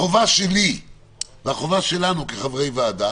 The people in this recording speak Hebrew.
החובה שלי והחובה שלנו כחברי ועדה